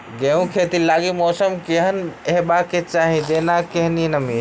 गेंहूँ खेती लागि मौसम केहन हेबाक चाहि जेना केहन नमी?